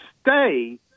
stay